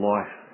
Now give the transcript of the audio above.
Life